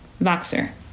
voxer